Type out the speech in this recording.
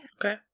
Okay